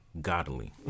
godly